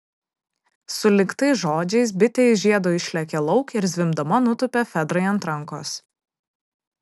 sulig tais žodžiais bitė iš žiedo išlėkė lauk ir zvimbdama nutūpė fedrai ant rankos